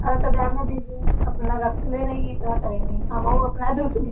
अरे तो जाने दीजिए अपना रखे रहिए का करेंगे हमऊ अपना दूसरी